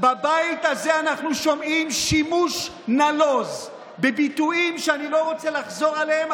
בבית הזה אנחנו שומעים שימוש נלוז בביטויים שאני לא רוצה לחזור עליהם,